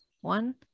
one